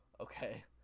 okay